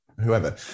whoever